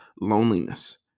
loneliness